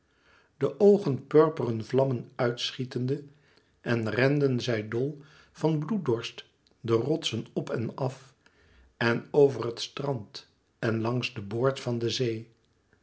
de oogen purperen vlammen ùit schietende en renden zij dol van bloeddorst de rotsen op en af en over het strand en langs den boord van de zee